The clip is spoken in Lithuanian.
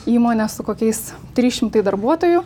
įmonė su kokiais trys šimtai darbuotojų